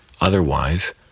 Otherwise